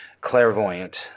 clairvoyant